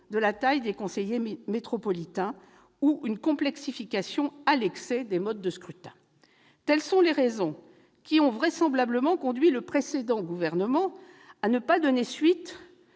de la taille des conseils métropolitains ou une complexification à l'excès des modes de scrutin. Telles sont les raisons qui ont vraisemblablement conduit le précédent gouvernement à ne pas donner suite